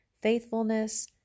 faithfulness